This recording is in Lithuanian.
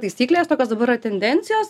taisyklės tokios dabar yra tendencijos